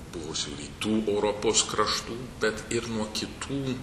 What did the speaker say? buvusių rytų europos kraštų bet ir nuo kitų